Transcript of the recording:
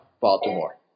Baltimore